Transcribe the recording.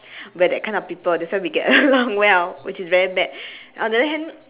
we're that kind of people that's why we get along well which is very bad on the other hand